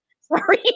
Sorry